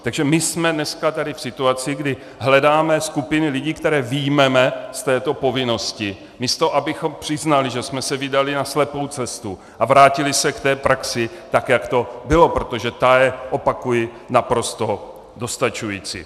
Takže my jsme dneska tady v situaci, kdy hledáme skupiny lidí, které vyjmeme z této povinnosti, místo abychom přiznali, že jsme se vydali na slepou cestu, a vrátili se k té praxi, tak jak to bylo, protože ta je, opakuji, naprosto dostačující.